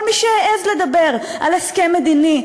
כל מי שהעז לדבר על הסכם מדיני,